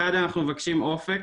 1' אנחנו מבקשים אופק,